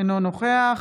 אינו נוכח